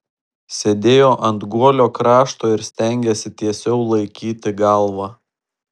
sėdėjo ant guolio krašto ir stengėsi tiesiau laikyti galvą